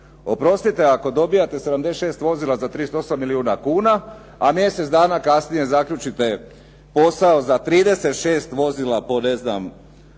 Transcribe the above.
Oprostite, ako dobivate 76 vozila za 38 milijuna kuna a mjesec dana kasnije zaključite posao za 36 vozila po ne znam